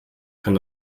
kann